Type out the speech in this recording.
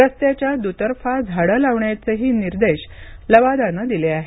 रस्त्याच्या दुतर्फा झाडं लावण्याचे निर्देशही लवादानं दिले आहेत